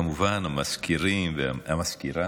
כמובן, המזכירים וסגנית